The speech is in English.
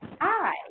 Hi